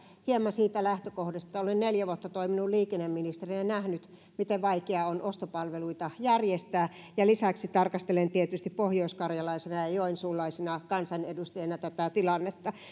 hieman siitä lähtökohdasta olen neljä vuotta toiminut liikenneministerinä ja nähnyt miten vaikeaa on ostopalveluita järjestää ja lisäksi tarkastelen tätä tilannetta tietysti pohjoiskarjalaisena ja joensuulaisena kansanedustajana